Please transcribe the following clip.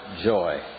joy